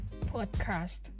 podcast